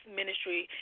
ministry